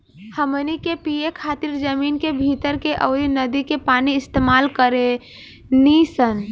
हमनी के पिए खातिर जमीन के भीतर के अउर नदी के पानी इस्तमाल करेनी सन